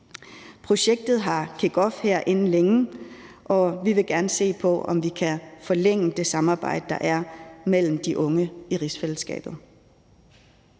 Projektet har kickoff her inden længe, og vi vil gerne se på, om vi kan forlænge det samarbejde, der er mellem de unge i rigsfællesskabet.